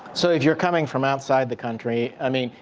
so if you're coming from outside the country, i mean,